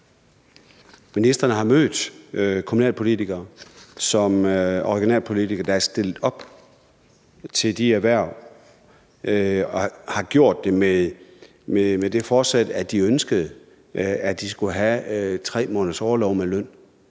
ministeren har mødt kommunalpolitikere og regionalpolitikere, der er stillet op til de her hverv og har gjort det med det forsæt, at de ønskede at skulle have 3 måneders orlov med løn.